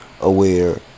aware